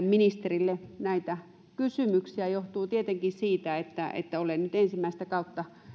ministerille näitä kysymyksiä johtuu tietenkin siitä että että olen nyt ensimmäistä kautta